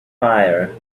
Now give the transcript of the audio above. fire